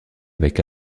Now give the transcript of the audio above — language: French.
avec